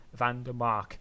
Vandermark